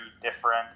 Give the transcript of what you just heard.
different